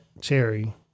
Cherry